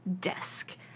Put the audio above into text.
desk